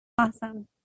awesome